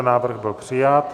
Návrh byl přijat.